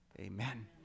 Amen